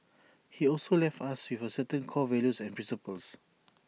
he also left us with certain core values and principles